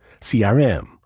CRM